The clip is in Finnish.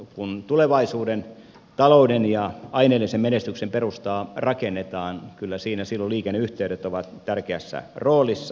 kun tulevaisuuden talouden ja aineellisen menestyksen perustaa rakennetaan kyllä siinä silloin liikenneyhteydet ovat tärkeässä roolissa